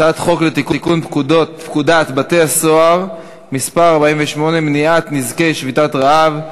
הצעת חוק לתיקון פקודת בתי-הסוהר (מס' 48) (מניעת נזקי שביתת רעב),